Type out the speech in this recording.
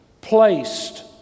placed